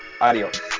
adios